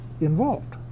involved